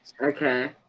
Okay